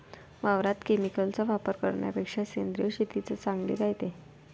वावरात केमिकलचा वापर करन्यापेक्षा सेंद्रिय शेतीच चांगली रायते